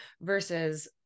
versus